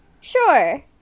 sure